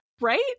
Right